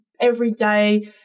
Everyday